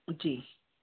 जी